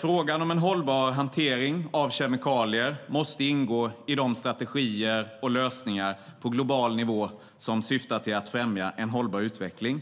Frågan om en hållbar hantering av kemikalier måste ingå i de strategier och lösningar på global nivå som syftar till att främja en hållbar utveckling.